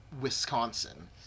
Wisconsin